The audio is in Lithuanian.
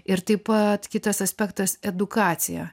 ir taip pat kitas aspektas edukacija